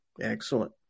Excellent